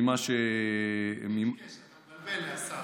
אתה מתבלבל, השר.